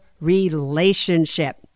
relationship